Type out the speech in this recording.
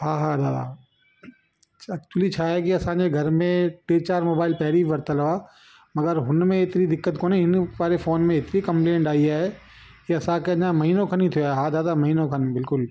हा हा दादा एकच्युली छा आहे असांजे घर में टे चार मोबाइल पहिरीं बि वरितल हा मगर हुन में एतिरी दिक़त कोन ईंदूं हिन वारे फ़ोन में एतिरी कमप्लेनट आई आहे जो असांखे अञा महिनो खन ई थियो आहे हा दादा महीनो खन बिल्कुलु